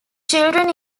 children